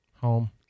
home